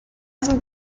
sind